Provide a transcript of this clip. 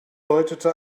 deutete